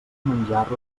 menjar